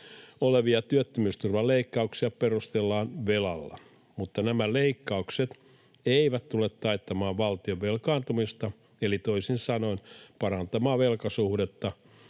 olevia työttömyysturvan leikkauksia perustellaan velalla, mutta nämä leikkaukset eivät tule taittamaan valtion velkaantumista eli toisin sanoin parantamaan velkasuhdetta.